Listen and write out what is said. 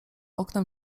oknem